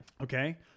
okay